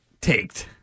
taked